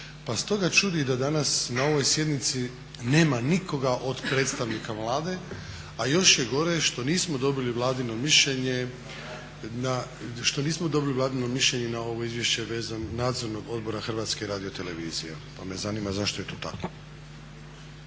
Pa stoga čudi da danas na ovoj sjednici nema nikoga od predstavnika Vlade, a još je gore što nismo dobili vladino mišljenje na ovo izvješće Nadzornog odbora HRT-e pa me zanima zašto je to tako.